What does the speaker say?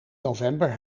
november